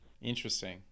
Interesting